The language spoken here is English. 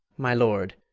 my lord,